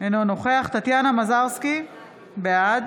נוכח טטיאנה מזרסקי, בעד